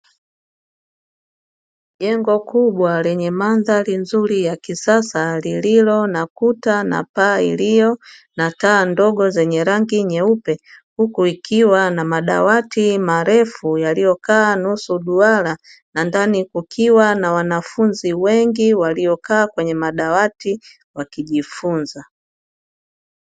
Jengo kubwa lenye mandhari nzuri ya kisasa lililo na kuta na paa iliyo na taa ndogo zenye rangi nyeupe, huku ikiwa na madawati marefu yaliyokaa nusu duara, na ndani kukiwa na wanafunzi wengi waliyokaa kwenye madawati wakijifunza.